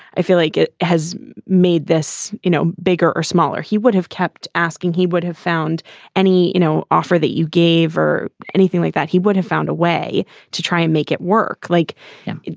i feel like it has made this, you know, bigger or smaller. he would have kept asking. he would have found any, you know, offer that you gave or anything like that. he would have found a way to try and make it work like him.